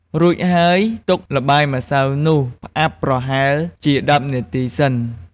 រួចហើយ ទុកល្បាយម្សៅនេះផ្អាប់ប្រហែលជា ១០ នាទី សិន។